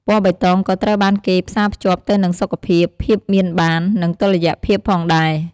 ពណ៌បៃតងក៏ត្រូវបានគេផ្សារភ្ជាប់ទៅនឹងសុខភាព ភាពមានបាន និងតុល្យភាពផងដែរ។